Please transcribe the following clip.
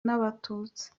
n’abatutsi